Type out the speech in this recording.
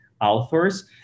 authors